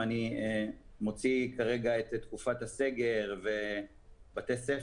אם אני מוציא כרגע את תקופת הסגר ומציין